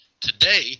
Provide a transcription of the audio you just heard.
Today